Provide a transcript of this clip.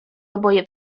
oboje